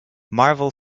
marvel